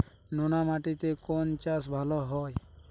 নোনা মাটিতে কোন চাষ ভালো হয়?